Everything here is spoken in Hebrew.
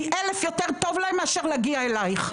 פי אלף יותר טוב להם מאשר להגיע אלייך.